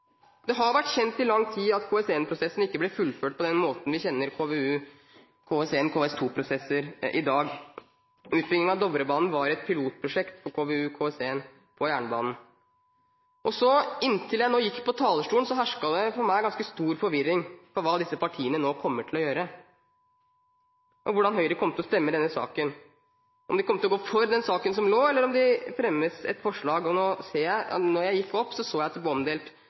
Det har vært kjent i lang tid at KS1-prosessen ikke ble fullført på den måten vi kjenner KVU/KS1- og KS2-prosesser i dag. Utbyggingen av Dovrebanen var et pilotprosjekt på KVU/KS1 på jernbanen. Inntil jeg nå gikk på talerstolen hersket det en – for meg – ganske stor forvirring om hva disse partiene nå kommer til å gjøre, og hvordan Høyre kommer til å stemme i denne saken – om de kommer til å gå for den saken som ligger, eller om det fremmes et forslag. Da jeg gikk opp, så jeg at det ble omdelt